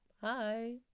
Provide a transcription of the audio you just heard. Hi